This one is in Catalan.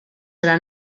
serà